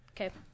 okay